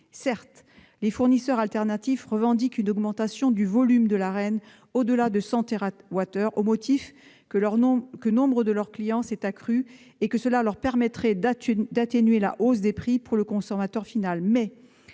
Certes, les fournisseurs alternatifs revendiquent une augmentation du plafond du volume de l'Arenh au-delà de 100 térawattheures, au motif que le nombre de leurs clients s'est accru et que cela leur permettrait d'atténuer la hausse des prix pour le consommateur final.